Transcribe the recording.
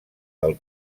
del